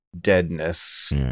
deadness